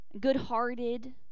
good-hearted